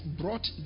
brought